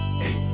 hey